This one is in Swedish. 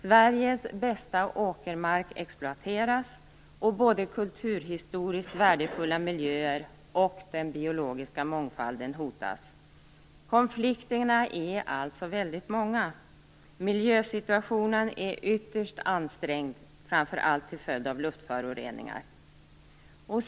Sveriges bästa åkermark exploateras, och både kulturhistoriskt värdefulla miljöer och den biologiska mångfalden hotas. Konflikterna är alltså många. Miljösituationen är ytterst ansträngd, framför allt till följd av luftföroreningar.